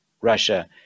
Russia